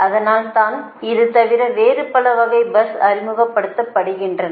அதனால் தான் இது தவிர வேறு பல வகை பஸ்கள் அறிமுகப்படுத்தப்படுகின்றன